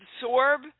absorb